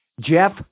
Jeff